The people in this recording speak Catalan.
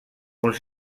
uns